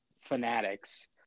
fanatics